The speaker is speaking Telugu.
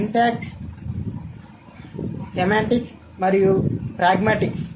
సింటాక్స్ సెమాంటిక్స్ మరియు ప్రాగ్మాటిక్స్